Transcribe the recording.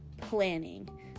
planning